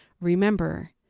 remember